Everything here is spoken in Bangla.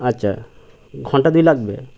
আচ্ছা ঘণ্টা দুই লাগবে